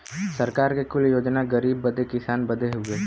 सरकार के कुल योजना गरीब बदे किसान बदे हउवे